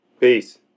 Peace